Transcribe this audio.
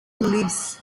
leaves